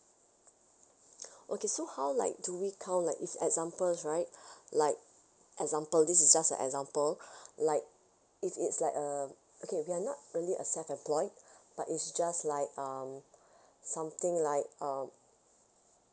okay so how like do we count like if examples right like example this is just an example like if it's like uh okay we are not really a self employed but it's just like um something like uh